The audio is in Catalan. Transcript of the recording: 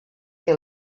que